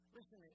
Listen